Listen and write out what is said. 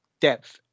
depth